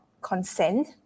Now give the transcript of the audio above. consent